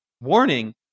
warning